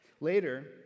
Later